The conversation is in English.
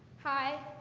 hi